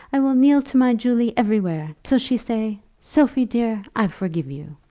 i will kneel to my julie everywhere, till she say, sophie, dear, i forgive you